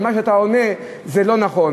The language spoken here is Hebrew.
מה שאתה עונה זה לא נכון.